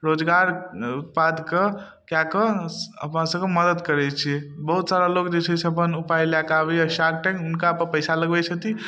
रोजगार उत्पाद कऽ कए कऽ अपन सबके मदद करय छियै बहुत सारा लोग जे छै से अपन उपाय लए कऽ आबय यऽ शार्क टैंक हुनकापर पैसा लगबय छथिन